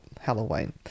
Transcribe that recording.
Halloween